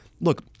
look